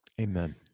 Amen